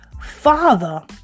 father